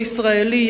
כל ישראלי,